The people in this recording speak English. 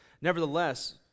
nevertheless